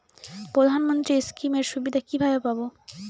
প্রধানমন্ত্রী স্কীম এর সুবিধা কিভাবে পাবো?